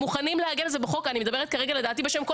בדיוק לנושא החקירות --- לא בנושא החקירות,